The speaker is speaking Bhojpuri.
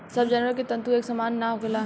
सब जानवर के तंतु एक सामान ना होखेला